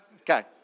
Okay